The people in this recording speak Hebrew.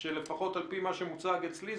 שלפחות על פי מה שמוצג אצלי,